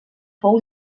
fou